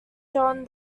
john